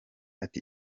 ati